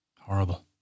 Horrible